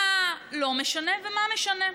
מה לא משנה ומה משנה: